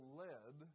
lead